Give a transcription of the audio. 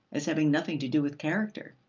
as having nothing to do with character.